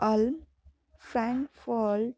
अल फ्रॅनफॉल